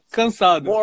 cansado